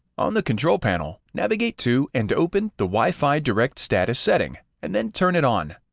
on the control panel, navigate to and open the wi-fi direct status setting, and then turn it on.